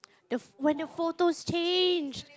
the ph~ when the photos changed